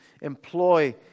employ